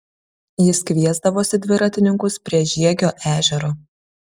jis kviesdavosi dviratininkus prie žiegio ežero